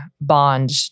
bond